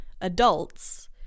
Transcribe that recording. adults